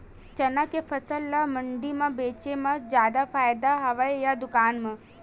चना के फसल ल मंडी म बेचे म जादा फ़ायदा हवय के दुकान म?